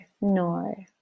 no